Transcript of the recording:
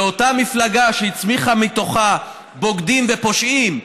לאותה מפלגה שהצמיחה מתוכה בוגדים ופושעים,